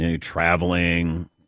Traveling